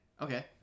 Okay